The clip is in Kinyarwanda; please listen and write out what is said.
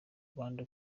rwanda